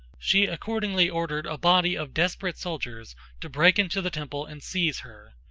she accordingly ordered a body of desperate soldiers to break into the temple and seize her.